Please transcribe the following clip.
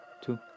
two